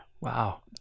Wow